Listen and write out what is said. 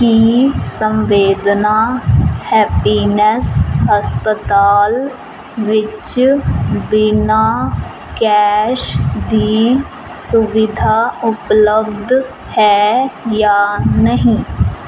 ਕੀ Samvedna happiness ਹਸਪਤਾਲ ਵਿੱਚ ਬਿਨਾਂ ਕੈਸ਼ ਦੀ ਸੁਵਿਧਾ ਉਪਲੱਬਧ ਹੈ ਜਾਂ ਨਹੀਂ